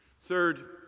Third